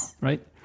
right